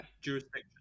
jurisdiction